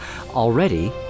already